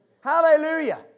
Hallelujah